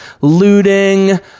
looting